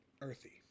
earthy